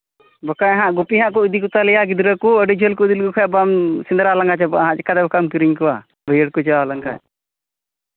ᱵᱟᱠᱷᱟᱱ ᱦᱟᱸᱜ ᱜᱩᱯᱤ ᱦᱟᱸᱜ ᱠᱚ ᱤᱫᱤ ᱠᱚᱛᱟ ᱞᱮᱭᱟ ᱜᱤᱫᱽᱨᱟᱹ ᱠᱚ ᱟᱹᱰᱤ ᱡᱷᱟᱹᱞ ᱠᱚ ᱤᱫᱤ ᱞᱮᱠᱚ ᱠᱷᱟᱱ ᱵᱟᱢ ᱥᱮᱸᱫᱽᱨᱟ ᱞᱟᱸᱜᱟ ᱪᱟᱵᱟᱜᱼᱟ ᱪᱤᱠᱟᱹᱛᱮ ᱵᱟᱠᱷᱟᱱ ᱮᱢ ᱠᱤᱨᱤᱧ ᱠᱚᱣᱟ ᱵᱟᱹᱭᱦᱟᱹᱲ ᱠᱚ ᱪᱟᱞᱟᱣ ᱞᱮᱱᱠᱷᱟᱱ